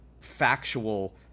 factual